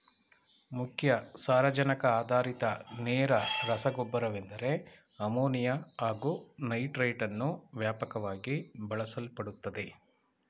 ಮುಖ್ಯ ಸಾರಜನಕ ಆಧಾರಿತ ನೇರ ರಸಗೊಬ್ಬರವೆಂದರೆ ಅಮೋನಿಯಾ ಹಾಗು ನೈಟ್ರೇಟನ್ನು ವ್ಯಾಪಕವಾಗಿ ಬಳಸಲ್ಪಡುತ್ತದೆ